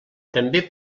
també